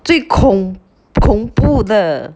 最恐恐怖的